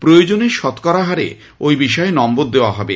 প্রয়োজনে শতকরা হারে ঐ বিষয়ে নম্বর দেওয়া হবে